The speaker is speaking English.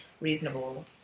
reasonable